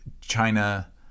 China